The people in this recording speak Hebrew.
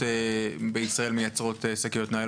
נמצאים אתנו פה שניים מהחברים,